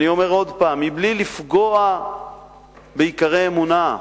אני אומר עוד פעם: מבלי לפגוע בעיקרי אמונה,